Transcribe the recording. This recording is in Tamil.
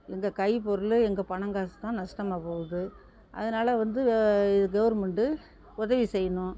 எங்கள் கை பொருள் எங்கள் பணம் காசு தான் நஷ்டமாக போகுது அதனால வந்து வ இது கவுருமண்ட்டு உதவி செய்யணும்